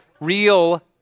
real